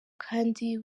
kandi